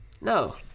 No